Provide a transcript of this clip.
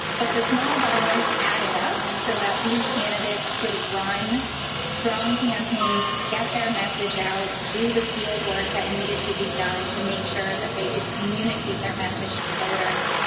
but the small dollars added up so that these candidates could run strong campaigns, get their message out, do the field work that needed to be done to make sure that they could communicate their message to voters,